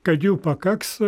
kad jų pakaks